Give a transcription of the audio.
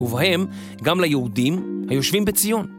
ובהם גם ליהודים היושבים בציון.